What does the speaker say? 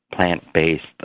plant-based